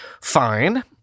Fine